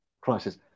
crisis